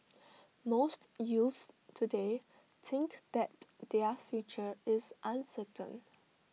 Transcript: most youths today think that their future is uncertain